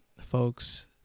folks